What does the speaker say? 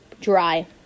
dry